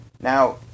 Now